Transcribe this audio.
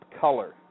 color